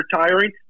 retiring